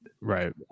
right